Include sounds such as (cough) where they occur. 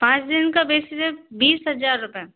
पाँच दिन का बीस (unintelligible) बीस हज़ार रूपये